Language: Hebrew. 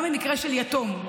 גם במקרה של יתום,